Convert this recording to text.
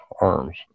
arms